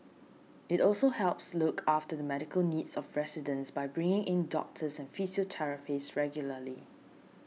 it also helps look after the medical needs of residents by bringing in doctors and physiotherapists regularly